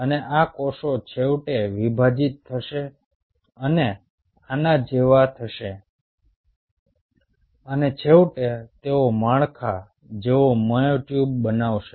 અને આ કોષો છેવટે વિભાજીત થશે અને આના જેવા થશે અને છેવટે તેઓ માળખા જેવા મ્યોટ્યુબ બનાવશે